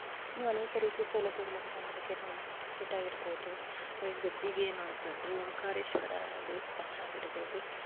ಇನ್ನೂ ಅನೇಕ ರೀತಿಯ ಸೌಲಭ್ಯಗಳನ್ನು ಮಡಿಕೇರಿನಲ್ಲಿ ರಾಜ್ ಶೀಟ್ ಆಗಿರ್ಬೋದು ಹಾಗೆ ಗದ್ದಿಗೆ ಎನ್ನುವಂಥದ್ದು ಓಂಕಾರೇಶ್ವರ ದೇವಸ್ಥಾನ ಆಗಿರ್ಬೋದು